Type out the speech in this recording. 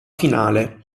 finale